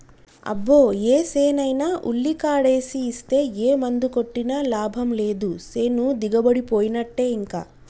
అబ్బో ఏసేనైనా ఉల్లికాడేసి ఇస్తే ఏ మందు కొట్టినా లాభం లేదు సేను దిగుబడిపోయినట్టే ఇంకా